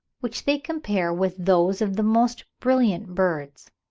which they compare with those of the most brilliant birds.